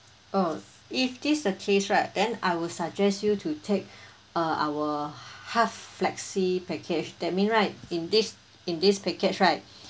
oh if this the case right then I will suggest you to take uh our half flexi package that mean right in this in this package right